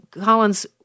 Collins